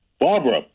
barbara